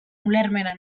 ulermena